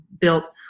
built